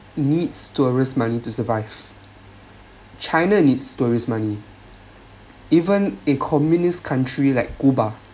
needs tourists money to survive china needs tourist money even in communist country like cuba